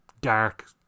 dark